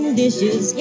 dishes